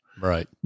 right